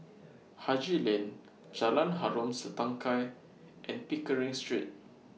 Haji Lane Jalan Harom Setangkai and Pickering Street